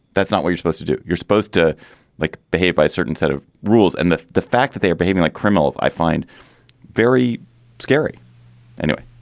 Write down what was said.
that's not what you supposed to do. you're supposed to like behave by certain set of rules. and the the fact that they're behaving like criminals i find very scary anyway,